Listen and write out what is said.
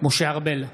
משה ארבל,